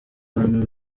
abantu